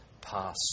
pass